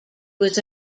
was